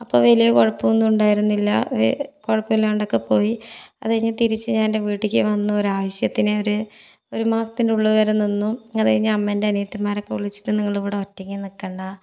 അപ്പോൾ വലിയ കുഴപ്പമൊന്നും ഉണ്ടായിരുന്നില്ല കുഴപ്പാമില്ലാണ്ടൊക്കെ പോയി അത് കഴിഞ്ഞ് തിരിച്ച് ഞാനെൻ്റെ വീട്ടിലെക്ക് വന്നു ഒരാവശ്യത്തിനൊരു ഒരു മാസത്തിൻ്റെ ഉള്ള് വരെ നിന്നു അതുകഴിഞ്ഞ് അമ്മൻ്റെ അനിയത്തിമാരോക്കെ വിളിച്ചിട്ട് നിങ്ങൾ ഇവിടെ ഒറ്റക്ക് നിൽക്കണ്ട